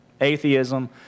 atheism